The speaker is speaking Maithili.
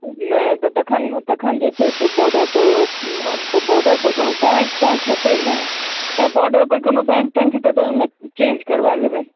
नहि तखन तखन जे छै से बॉडरपर कोनो बैंक तैँक हेतै ने नहि बॉडरपर कोनो बैंक तैंक हेतै तऽ चेन्ज करवा लेबै टका